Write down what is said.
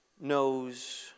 knows